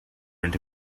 into